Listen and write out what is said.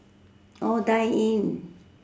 orh dine in